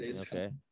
Okay